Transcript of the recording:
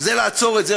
זה לעצור את זה.